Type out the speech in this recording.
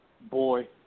boy